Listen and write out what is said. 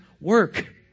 work